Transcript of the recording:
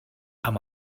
amb